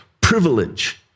privilege